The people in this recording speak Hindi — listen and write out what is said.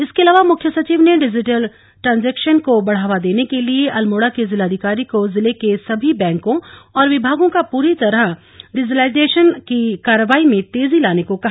इसके अलावा मुख्य सचिव ने डिजिटल ट्रांजेक्शन को बढ़ावा देने के लिए अल्मोड़ा के जिलाधिकारी को जिले के सभी बैंकों और विभागों का पूरी तरह डिजिटाईजेशन की कार्रवाई में तेजी लाने को कहा